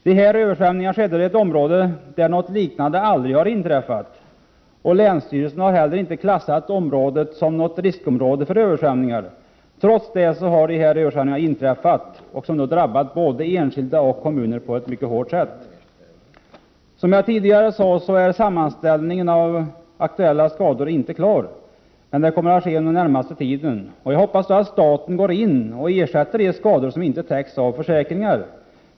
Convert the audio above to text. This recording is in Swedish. De här översvämningarna skedde i ett område där något liknande aldrig hade inträffat, och länsstyrelsen har inte heller förklarat området som riskområde för översvämningar. Trots det har översvämningarna inträffat och drabbat både enskilda och kommuner på ett mycket svårt sätt. Som jag tidigare sade är sammanställningen av aktuella skador inte klar, men den kommer att föreligga under den närmaste tiden. Jag hoppas att staten går in och ersätter de skador som inte täcks av försäkringar.